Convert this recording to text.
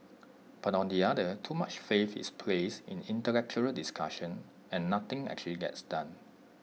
but on the other too much faith is placed in intellectual discussion and nothing actually gets done